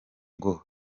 ngo